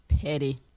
Petty